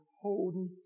holding